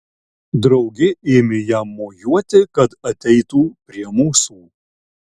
draugė ėmė jam mojuoti kad ateitų prie mūsų